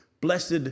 Blessed